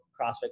CrossFit